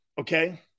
Okay